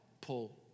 pull